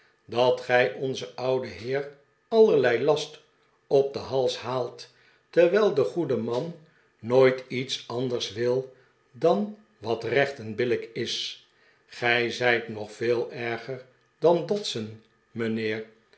dat gij onzen ouden heer allerlei last op den hals haalt terwijl de goede man nooit iets anders wil dan wat recht en billijk is gij zijt nog veel erger dan dodson mijnheer